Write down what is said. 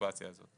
בסיטואציה הזאת.